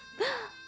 the